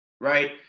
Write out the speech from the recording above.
right